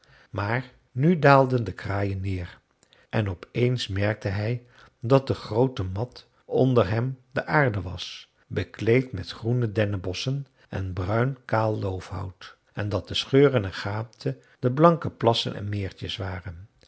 maar nu daalden de kraaien neer en op eens merkte hij dat de groote mat onder hem de aarde was bekleed met groene dennenbosschen en bruin kaal loofhout en dat de scheuren en gaten de blanke plassen en meertjes waren